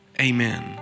Amen